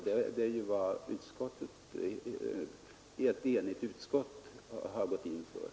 Det är också vad ett helt enigt utskott har gått in för.